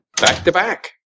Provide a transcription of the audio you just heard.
back-to-back